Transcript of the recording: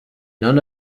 none